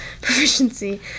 proficiency